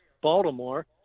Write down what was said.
Baltimore